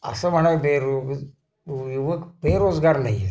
असं म्हणा बेरोग युवक बेरोजगार नाही आहेत